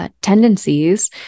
Tendencies